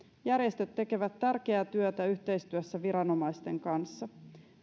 järjestöt tekevät tärkeää työtä yhteistyössä viranomaisten kanssa